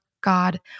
god